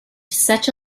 such